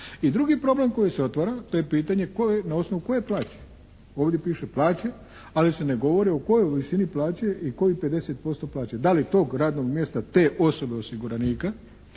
I drugi problem koji se otvara to je pitanje na osnovu koje plaće, ovdje piše plaće ali se ne govori o kojoj visini plaće i kojih 50% plaće. Da li tog radnog mjesta te osobe, osiguranika